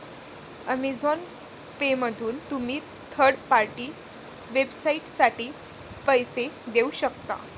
Amazon पेमधून तुम्ही third party वेबसाइटसाठी पैसे देऊ शकता